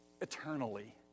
eternally